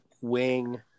wing